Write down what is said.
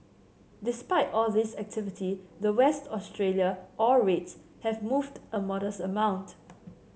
despite all this activity the West Australia ore rates have moved a modest amount